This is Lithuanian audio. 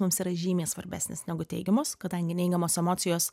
mums yra žymiai svarbesnės negu teigiamos kadangi neigiamos emocijos